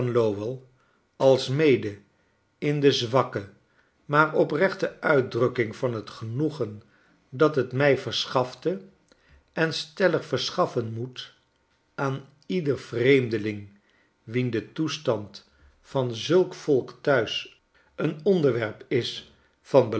alsmede in de zwakke maar oprechte uitdrukking van t genoegen dat het mij verschafte en stellig verschaffen moet aan ieder vreemdeling wien de toestand van zulk volk thuis een onderwerp is van